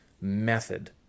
method